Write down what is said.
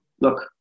look